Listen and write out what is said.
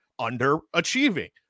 underachieving